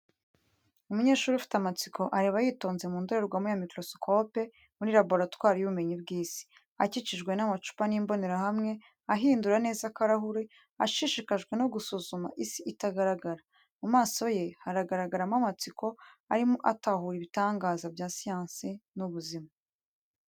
Umunyeshuri ufite amatsiko, areba yitonze mu ndorerwamo ya microscope muri laboratwari y’ubumenyi bw’isi. Akikijwe n’amacupa n’imbonerahamwe, ahindura neza akarahure, ashishikajwe no gusuzuma isi itagaragara. Mu maso ye hagaragaramo amatsiko, arimo atahura ibitangaza bya siyansi n’ubuzima.